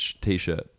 T-shirt